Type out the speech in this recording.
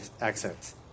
accents